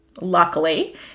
Luckily